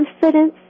confidence